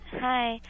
Hi